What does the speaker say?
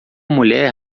mulher